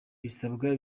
bisabwa